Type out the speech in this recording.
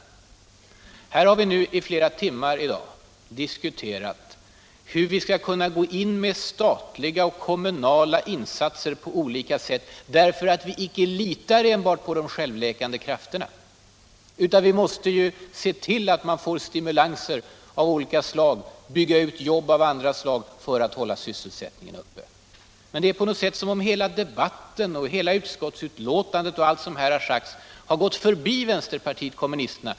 sysselsättnings och Här-har vi nu i flera timmar diskuterat hur vi skall kunna gå in med statliga — regionalpolitik och kommunala insatser på olika sätt därför att vi inte litar enbart på de självläkande krafterna. Vi måste se till att det blir stimulanser av olika slag, att jobben byggs ut så att sysselsättningen kan hållas uppe. Men det verkar som om hela debatten och hela utskottsbetänkandet gått förbi vänsterpartiet kommunisterna.